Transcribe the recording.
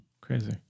Crazy